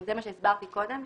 זה מה שהסברתי קודם,